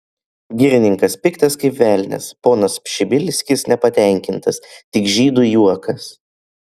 girininkas piktas kaip velnias ponas pšibilskis nepatenkintas tik žydui juokas